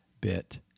bit